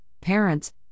parents